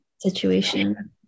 situation